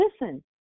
listen